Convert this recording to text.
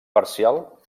parcial